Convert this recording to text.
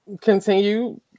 continue